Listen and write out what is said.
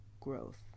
growth